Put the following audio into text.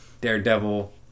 Daredevil